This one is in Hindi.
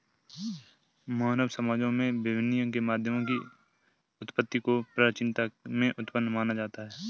मानव समाजों में विनिमय के माध्यमों की उत्पत्ति को प्राचीनता में उत्पन्न माना जाता है